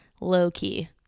low-key